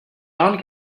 john